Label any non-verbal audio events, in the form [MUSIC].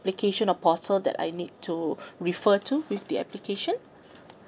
or portal that I need to [BREATH] refer to with the application